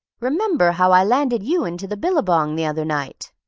remember how i landed you into the billabong the other night!